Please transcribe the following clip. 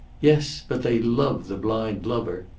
yes, but they love the blind lover.